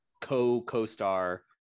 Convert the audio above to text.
co-co-star